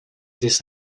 this